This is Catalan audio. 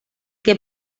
que